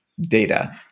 data